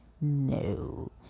No